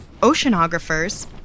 oceanographers